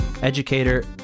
educator